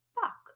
fuck